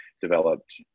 developed